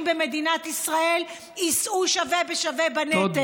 במדינת ישראל יישאו שווה בשווה בנטל,